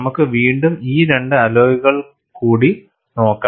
നമുക്ക് വീണ്ടും ഈ രണ്ട് അലോയ്കൾക്ക് കൂടി നോക്കാം